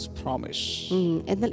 promise